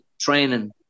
training